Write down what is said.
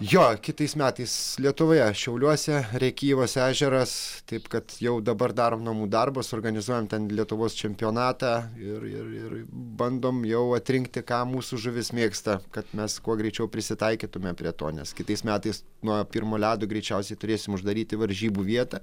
jo kitais metais lietuvoje šiauliuose rėkyvos ežeras taip kad jau dabar darom namų darbus organizuojam ten lietuvos čempionatą ir ir ir bandom jau atrinkti ką mūsų žuvys mėgsta kad mes kuo greičiau prisitaikytume prie to nes kitais metais nuo pirmo ledo greičiausiai turėsime uždaryti varžybų vietą